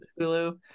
hulu